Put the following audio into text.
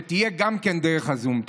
שתהיה גם כן דרך הזום.